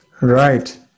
Right